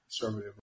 conservative